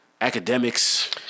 academics